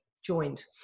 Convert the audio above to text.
joined